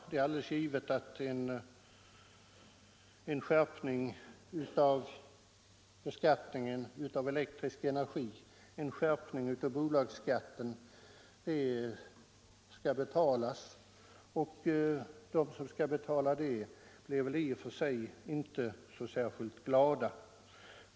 Det är alldeles givet att en skärpning av beskattningen på elektrisk energi och av bolagsskatten skall betalas, och de som skall göra det blir väl inte i och för sig särskilt glada.